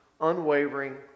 unwavering